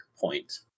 point